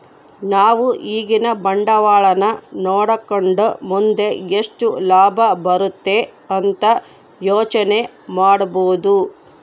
ನಾವು ಈಗಿನ ಬಂಡವಾಳನ ನೋಡಕಂಡು ಮುಂದೆ ಎಷ್ಟು ಲಾಭ ಬರುತೆ ಅಂತ ಯೋಚನೆ ಮಾಡಬೋದು